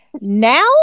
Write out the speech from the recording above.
Now